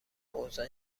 اوضاع